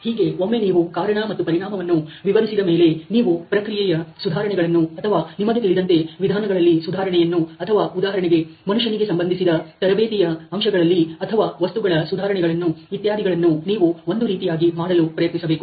ಹೀಗೆ ಒಮ್ಮೆ ನೀವು ಕಾರಣ ಮತ್ತು ಪರಿಣಾಮವನ್ನು ವಿವರಿಸಿದ ಮೇಲೆ ನೀವು ಪ್ರಕ್ರಿಯೆಯ ಸುಧಾರಣೆಗಳನ್ನು ಅಥವಾ ನಿಮಗೆ ತಿಳಿದಂತೆ ವಿಧಾನಗಳಲ್ಲಿ ಸುಧಾರಣೆಯನ್ನು ಅಥವಾ ಉದಾಹರಣೆಗೆ ಮನುಷ್ಯನಿಗೆ ಸಂಬಂಧಿಸಿದ ತರಬೇತಿಯ ಅಂಶಗಳಲ್ಲಿ ಅಥವಾ ವಸ್ತುಗಳ ಸುಧಾರಣೆಗಳನ್ನು ಇತ್ಯಾದಿಗಳನ್ನು ನೀವು ಒಂದು ರೀತಿಯಾಗಿ ಮಾಡಲು ಪ್ರಯತ್ನಿಸಬೇಕು